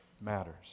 matters